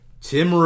Tim